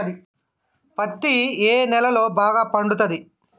పత్తి ఏ నేలల్లో బాగా పండుతది?